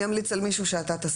אני אמליץ על מישהו שאתה תסכים,